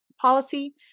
policy